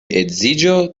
edziĝo